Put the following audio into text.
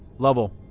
lovell